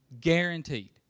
guaranteed